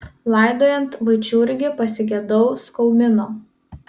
laidojant vaičiurgį pasigedau skaumino